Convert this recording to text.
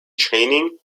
training